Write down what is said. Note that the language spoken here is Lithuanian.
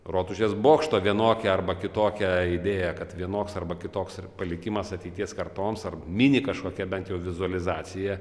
rotušės bokšto vienokią arba kitokią idėją kad vienoks arba kitoks ir palikimas ateities kartoms ar mini kažkokia bent jau vizualizacija